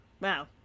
Wow